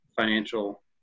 financial